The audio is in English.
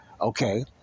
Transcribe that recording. Okay